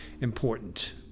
important